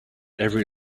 every